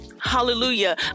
Hallelujah